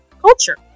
culture